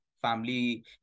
family